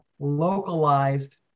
localized